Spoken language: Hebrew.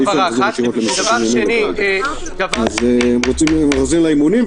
פרופ' גרוטו התחיל להציג את המתווה של משרד הבריאות.